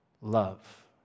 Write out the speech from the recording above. love